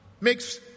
makes